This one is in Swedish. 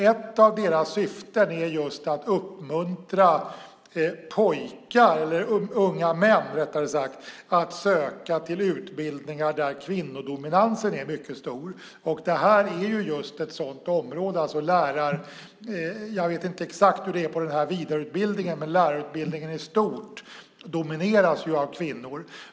Ett av syftena med den är just att uppmuntra unga män att söka utbildningar där kvinnodominansen är mycket stor. Det här är just ett sådant område. Jag vet inte exakt hur det är på den här vidareutbildningen, men lärarutbildningen i stort domineras ju av kvinnor.